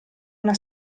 una